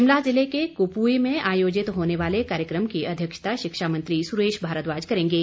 शिमला ज़िले के कुपवी में आयोजित होने वाले कार्यक्रम की अध्यक्षता शिक्षा मंत्री सुरेश भारद्वाज करेंगे